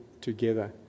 together